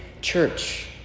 church